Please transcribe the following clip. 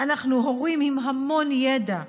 אנחנו הורים עם המון ידע,